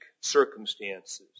circumstances